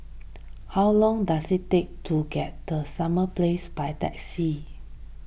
how long does it take to get to Summer Place by taxi